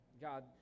God